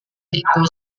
itu